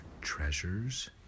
treasures